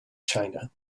china